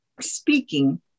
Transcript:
speaking